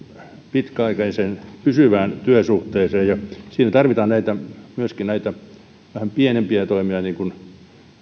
pitkäaikaiseen pysyvään työsuhteeseen ja siinä tarvitaan myöskin näitä vähän pienempiä toimia niin kuin